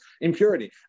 impurity